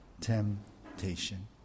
temptation